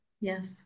Yes